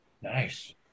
Nice